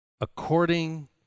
according